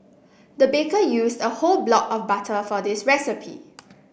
the baker used a whole block of butter for this recipe